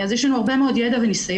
אז יש לנו הרבה מאוד ידע וניסיון.